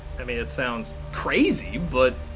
i mean, it sounds crazy but.